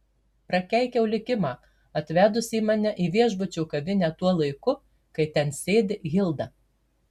prakeikiau likimą atvedusį mane į viešbučio kavinę tuo laiku kai ten sėdi hilda